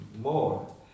more